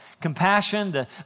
compassion